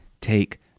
take